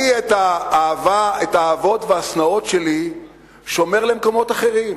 אני את האהבות והשנאות שלי שומר למקומות אחרים.